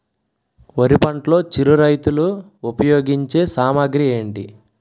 వరి పంటలో చిరు రైతులు ఉపయోగించే సామాగ్రి ఏంటి?